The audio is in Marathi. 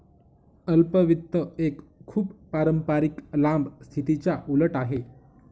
अल्प वित्त एक खूप पारंपारिक लांब स्थितीच्या उलट आहे